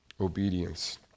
obedience